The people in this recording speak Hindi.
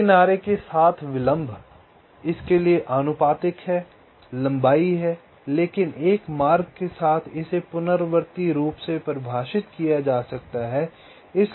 एक किनारे के साथ विलंब इसके लिए आनुपातिक है लंबाई है लेकिन एक मार्ग के साथ इसे पुनरावर्ती रूप से परिभाषित किया जा सकता है